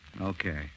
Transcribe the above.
Okay